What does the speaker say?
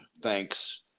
Thanks